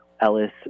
Ellis